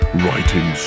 writing